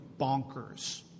bonkers